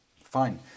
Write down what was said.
fine